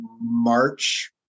March